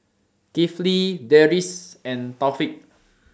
Kifli Deris and Taufik